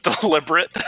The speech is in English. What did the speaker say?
deliberate